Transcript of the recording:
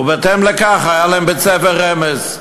ובהתאם לכך היה להם בית-ספר "רמז".